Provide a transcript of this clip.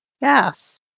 Yes